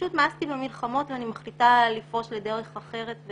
שפשוט מאסתי במלחמות ואני מחליטה לפרוש לדרך אחרת,